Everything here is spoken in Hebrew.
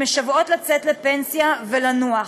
שמשוועות לצאת לפנסיה ולנוח: